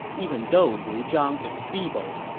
even though liu zhang is feeble,